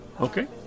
Okay